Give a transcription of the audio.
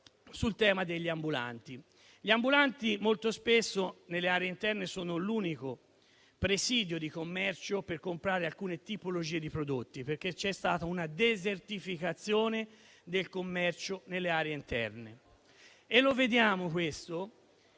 degli ambulanti, che molto spesso nelle aree interne sono l'unico presidio di commercio per l'acquisto di talune tipologie di prodotti. C'è infatti stata una desertificazione del commercio nelle aree interne,